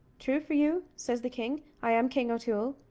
true for you, says the king. i am king o'toole,